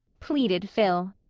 pleaded phil.